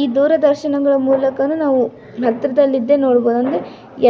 ಈ ದೂರದರ್ಶನಗಳ ಮೂಲಕನು ನಾವು ಹತ್ತಿರದಲ್ಲಿದ್ದೆ ನೋಡ್ಬೋದು ಅಂದರೆ